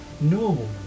no